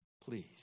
Please